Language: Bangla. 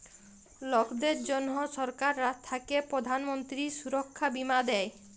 লকদের জনহ সরকার থাক্যে প্রধান মন্ত্রী সুরক্ষা বীমা দেয়